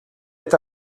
est